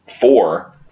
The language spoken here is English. four